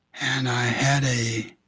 and i had a